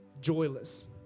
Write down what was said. joyless